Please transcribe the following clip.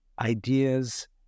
ideas